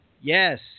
Yes